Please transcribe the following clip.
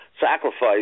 sacrifice